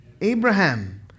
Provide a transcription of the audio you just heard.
Abraham